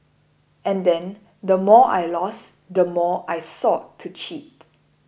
and then the more I lost the more I sought to cheat